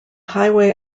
highway